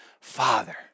Father